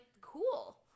cool